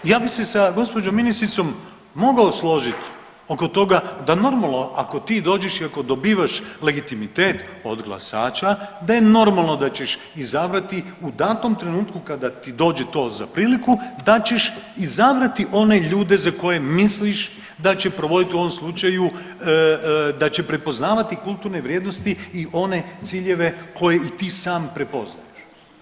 Ja bi se sa gospođom ministricom mogao složiti oko toga da normalno ako ti dođeš i ako dobivaš legitimitet od glasača da je normalno da ćeš izabrati u datom trenutku kada ti dođe to za priliku da ćeš izabrati one ljude za koje misliš da će provodit u ovom slučaju da će prepoznavati kulturne vrijednosti i one ciljeve koje i ti sam prepoznaješ.